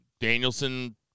Danielson